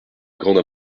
grande